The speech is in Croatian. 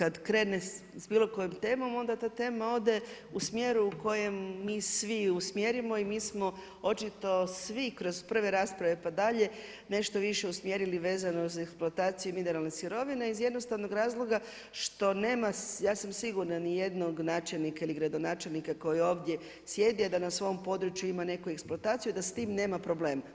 Dakle kad krene sa bilo kojom temom, onda ta tema ode u smjeru u kojem mi svi usmjerimo i mi smo očito svi kroz prve rasprave pa dalje nešto više usmjerili vezano za eksploataciju mineralne sirovine iz jednostavnog razloga što nema, ja sam sigurna ni jednog načelnika ili gradonačelnika koji ovdje sjedi a da na svom području ima neku eksploataciju, da s tim nema problem.